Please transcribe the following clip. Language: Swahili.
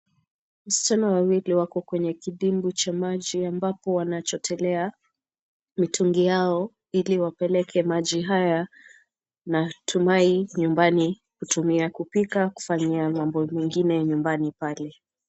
Wasichana wawili wako kwenye kidimbwi cha maji ambapo wanachotelea mitungi yao ili wapeleke maji haya natumai nyumbani kutumia kupika, kufanyia mambo mengine nyumbani pale.